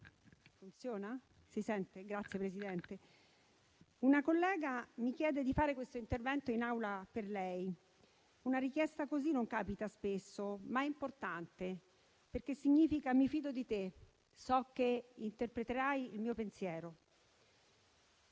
una collega mi chiede di fare questo intervento in Aula per lei. Una richiesta così non capita spesso, ma è importante, perché significa: mi fido di te, so che interpreterai il mio pensiero.